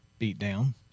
beatdown